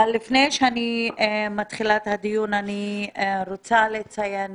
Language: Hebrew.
לפני שאתחיל את הדיון, אני רוצה לציין